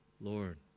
Lord